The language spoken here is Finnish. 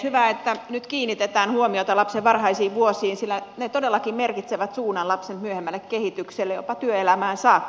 hyvä että nyt kiinnitetään huomiota lapsen varhaisiin vuosiin sillä ne todellakin merkitsevät suunnan lapsen myöhemmälle kehitykselle jopa työelämään saakka